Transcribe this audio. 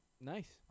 Nice